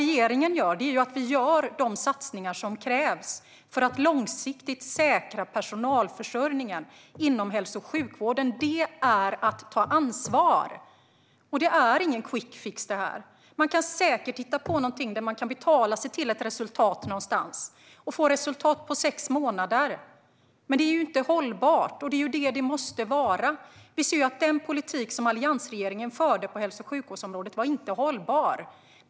Regeringen gör de satsningar som krävs för att långsiktigt säkra personalförsörjningen inom hälso och sjukvården. Det är att ta ansvar! Och detta är ingen quick fix. Man kan säkert hitta på någonting där man kan betala sig till ett resultat någonstans och få resultat på sex månader. Men det är inte hållbart, och det är ju det som det måste vara. Den politik som alliansregeringen förde på hälso och sjukvårdsområdet var inte hållbar.